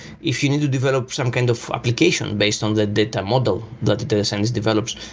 if you need to develop some kind of application based on the data model that data science develops,